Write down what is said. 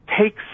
takes